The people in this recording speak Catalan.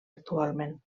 actualment